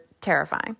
terrifying